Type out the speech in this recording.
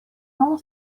only